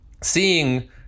seeing